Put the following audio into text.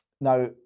Now